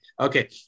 okay